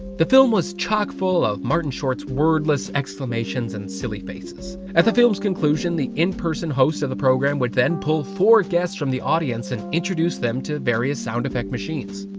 the film was chock full of martin short's wordless exclamations and silly faces. at the films conclusion, the in-person host of the program would then pull four guests from the audience and introduce them to various sound effect machines.